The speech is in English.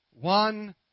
One